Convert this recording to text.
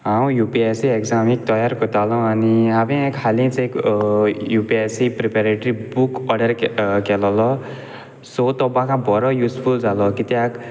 हांव U P S C एग्जामीक तयार कोत्तालों आनी हांवें हालींच एक U P S C preparatory book order केलेलो सो तो सा बरो यूजफूल जालो कित्याक